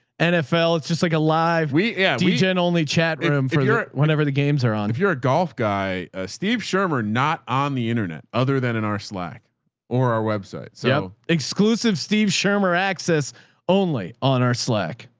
nfl, it's just like a live, we yeah we and only chat room for your, whenever the games are on. if you're a golf guy, ah steve, schermer not on the internet other than in our slack or our website. so exclusive steve schermer access only on our slack.